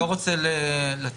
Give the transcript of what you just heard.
אני לא רוצה לתת